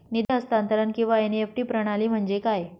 निधी हस्तांतरण किंवा एन.ई.एफ.टी प्रणाली म्हणजे काय?